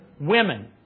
Women